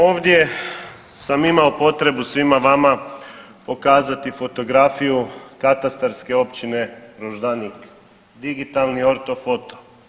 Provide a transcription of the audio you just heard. Ovdje sam imao potrebu svima vama pokazati fotografiju katastarske općine Roždanik, digitalni ortofoto.